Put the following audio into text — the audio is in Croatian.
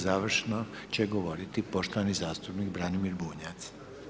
Završno će govoriti poštovani zastupnik Branimir Bunjac.